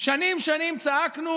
שנים שנים צעקנו